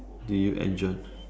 do you enjoy